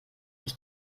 ich